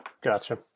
Gotcha